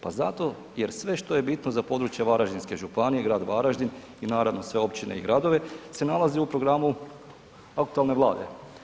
Pa zato jer sve što je bitno za područje Varaždinske županije i grad Varaždin i naravno sve općine i gradove se nalazi u programu aktualne Vlade.